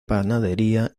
panadería